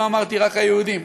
לא אמרתי רק היהודים,